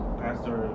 pastor